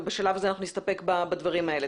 אבל בשלב הזה אנחנו נסתפק בדברים האלה.